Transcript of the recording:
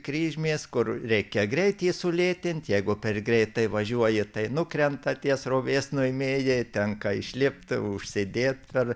kryžmės kur reikia greitį sulėtint jeigu per greitai važiuoji tai nukrenta tie srovės nuėmėjai tenka išlipt užsidėt per